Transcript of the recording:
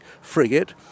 frigate